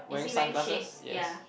is he wearing shade ya